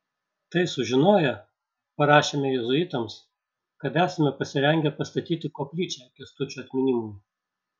tai sužinoję parašėme jėzuitams kad esame pasirengę pastatyti koplyčią kęstučio atminimui